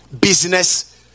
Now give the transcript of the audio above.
business